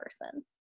person